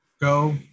Go